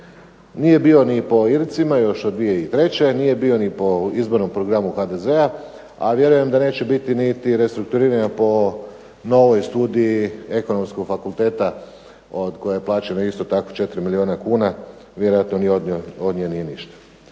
Nije bio ni po Ircima još od 2003., nije bio ni po izbornom programu HDZ-a, a vjerujem da neće biti niti restrukturiranja po novoj studiji Ekonomskog fakulteta od koje je plaćeno isto tako 4 milijuna kuna. Vjerojatno ni od nje nije ništa.